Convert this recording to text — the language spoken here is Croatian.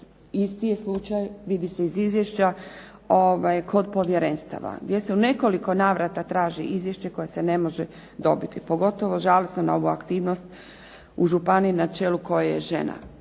isti je slučaj, vidi se iz izvješća kod povjerenstva gdje se u nekoliko navrata traži izvješće koje se ne može dobiti, pogotovo žalosno na ovu aktivnost u županiji na čelu koje je žena.